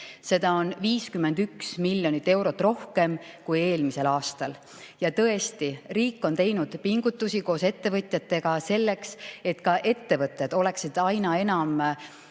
Seda on 51 miljonit eurot rohkem kui eelmisel aastal. Ja tõesti, riik on teinud pingutusi koos ettevõtjatega selleks, et ka ettevõtted investeeriksid aina enam